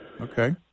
Okay